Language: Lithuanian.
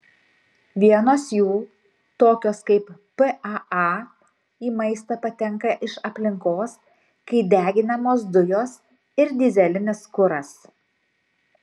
vienos jų tokios kaip paa į maistą patenka iš aplinkos kai deginamos dujos ir dyzelinis kuras